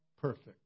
perfect